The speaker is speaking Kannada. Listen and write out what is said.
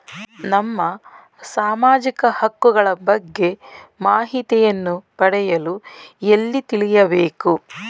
ನಮ್ಮ ಸಾಮಾಜಿಕ ಹಕ್ಕುಗಳ ಬಗ್ಗೆ ಮಾಹಿತಿಯನ್ನು ಪಡೆಯಲು ಎಲ್ಲಿ ತಿಳಿಯಬೇಕು?